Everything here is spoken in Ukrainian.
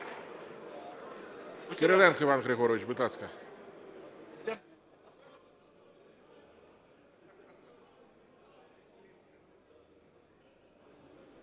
Кириленко Іван Григорович, будь ласка.